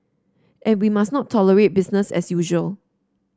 and we must not tolerate business as usual